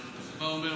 את מה שאני אומר,